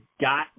got